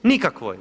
Nikakvoj.